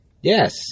Yes